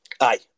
Aye